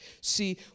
See